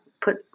put